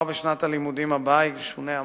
וכבר בשנת הלימודים הבאה ישונה המצב.